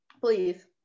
Please